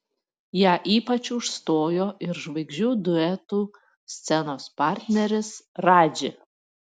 ją ypač užstojo ir žvaigždžių duetų scenos partneris radži